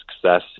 success